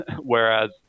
whereas